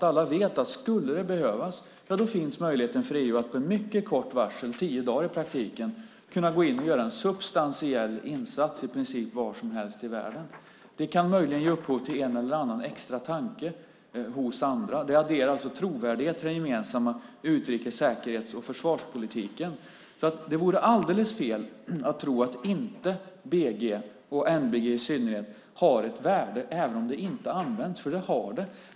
Alla vet att om det behövs finns möjligheten för EU att med mycket kort varsel - i praktiken tio dagar - gå in och göra en substantiell insats i princip var som helst i världen. Det kan möjligen ge upphov till en eller annan extra tanke hos andra. Det adderar trovärdighet till den gemensamma utrikes-, säkerhets och försvarspolitiken. Det vore alldeles fel att tro att BG och i synnerhet NBG inte har något värde även om de inte används. Det har de.